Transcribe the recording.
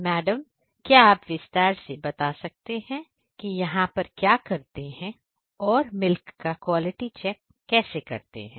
तो मैडम क्या आप विस्तार से बता सकते हैं कि यहां पर क्या करते हैं और मिल्क का क्वालिटी चेक कैसे करते हैं